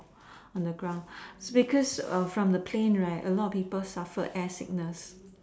on the ground because from the plane right a lot of people suffer air sickness